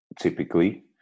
typically